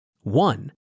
One